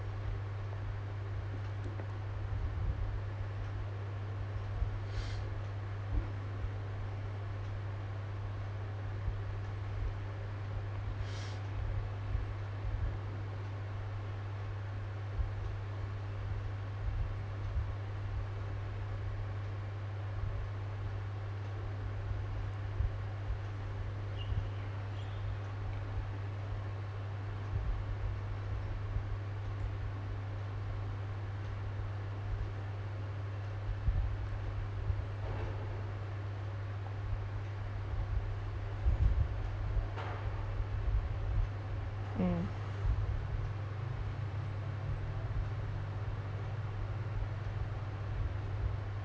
mm